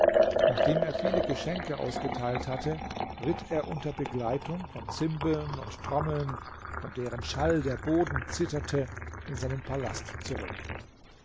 nachdem er viele geschenke ausgeteilt hatte ritt er unter begleitung von zimbeln und trommeln von deren schall der boden zitterte in seinen palast zurück